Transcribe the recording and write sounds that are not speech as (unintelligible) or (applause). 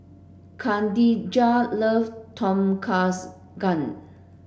Khadijah love Tom Kha (unintelligible) Gai